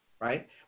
right